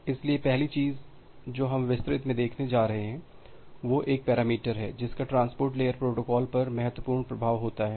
इसलिए पहली चीज़ जो हम विस्तृत में देखने जा रहे हैं वह एक पैरामीटर है जिसका ट्रांसपोर्ट लेयर प्रोटोकॉल पर महत्वपूर्ण प्रभाव होता है